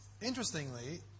interestingly